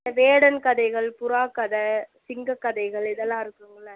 வேடன் கதைகள் புறா கதை சிங்கக் கதைகள் இதெல்லாம் இருக்குங்களே